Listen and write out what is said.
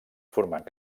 formant